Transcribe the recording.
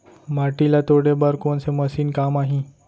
माटी ल तोड़े बर कोन से मशीन काम आही?